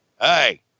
Hey